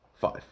Five